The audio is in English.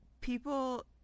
people